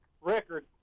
record